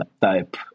type